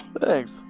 Thanks